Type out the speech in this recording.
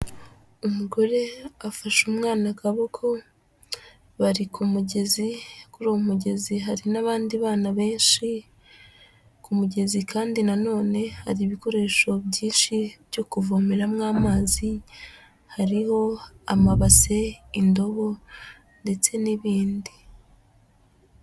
Umugore afashe umwana akaboko bari ku mugezi, kuri uwo mugezi hari n'abandi bana benshi, ku mugezi kandi na none hari ibikoresho byinshi byo kuvomeramo amazi, hariho amabase, indobo ndetse n'ibindi.